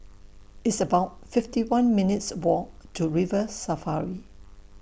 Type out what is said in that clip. It's about fifty one minutes' Walk to River Safari